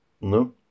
no